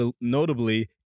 notably